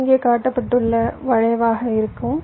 இது இங்கே காட்டப்பட்டுள்ள வளைவாக இருக்கும்